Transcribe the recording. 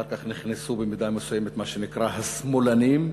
אחר כך נכנסו במידה מסוימת מה שנקרא "השמאלנים",